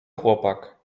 chłopak